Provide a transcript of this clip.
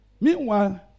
Meanwhile